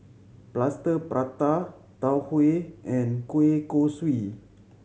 Plaster Prata Tau Huay and kueh kosui